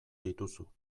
dituzu